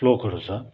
श्लोकहरू छ